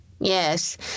Yes